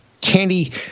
candy